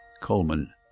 Coleman